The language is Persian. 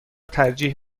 ترجیح